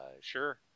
sure